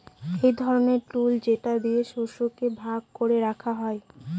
এক ধরনের টুল যেটা দিয়ে শস্যকে ভাগ করে রাখা হয়